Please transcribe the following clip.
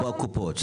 אפרופו הקופות,